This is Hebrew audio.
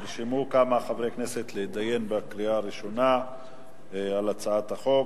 נרשמו כמה חברי כנסת להתדיין בקריאה הראשונה על הצעת החוק.